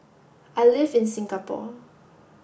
I live in Singapore